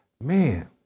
man